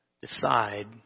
decide